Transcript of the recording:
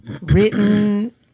written